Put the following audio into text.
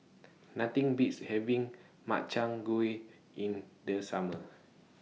Nothing Beats having Makchang Gui in The Summer